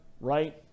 right